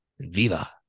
Viva